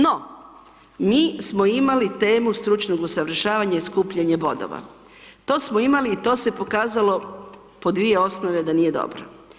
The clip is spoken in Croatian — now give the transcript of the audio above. No, mi smo imali temu stručnog usavršavanja i skupljanje bodova, to smo imali i to se pokazalo po dvije osnove da nije dobro.